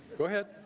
go ahead.